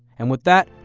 and with that,